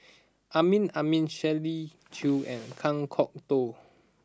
Amin Amin Shirley Chew and Kan Kwok Toh